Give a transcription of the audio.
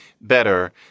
better